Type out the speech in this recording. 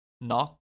Knock